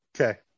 Okay